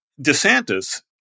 DeSantis